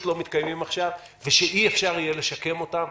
לא מתקיימים עכשיו ושאי אפשר יהיה לשקם אותם.